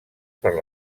per